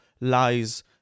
lies